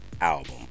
album